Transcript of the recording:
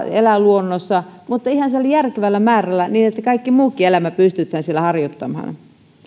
elää luonnossa mutta ihan sellaisella järkevällä määrällä niin että kaikkea muutakin elämää pystytään siellä harjoittamaan